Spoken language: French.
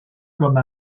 comme